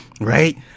Right